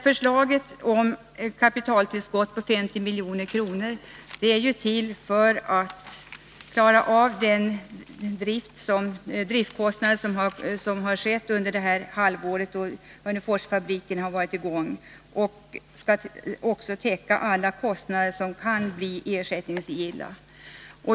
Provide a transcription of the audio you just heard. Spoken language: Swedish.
Förslaget om kapitaltillskott på 50 milj.kr. har framlagts för att man skall kunna täcka den driftskostnad som har uppstått under det halvår då Hörneforsfabriken varit i gång och för att täcka alla kostnader som kan bli ersättningsgilla.